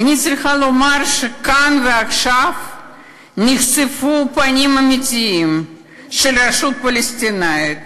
אני צריכה לומר שכאן ועכשיו נחשפו הפנים האמיתיים של הרשות הפלסטינית,